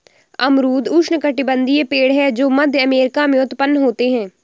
अमरूद उष्णकटिबंधीय पेड़ है जो मध्य अमेरिका में उत्पन्न होते है